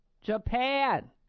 Japan